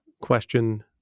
question